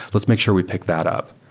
let's make sure we pick that up.